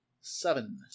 seven